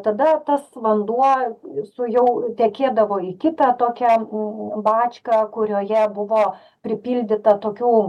tada tas vanduo su jau tekėdavo į kitą tokią m bačką kurioje buvo pripildyta tokių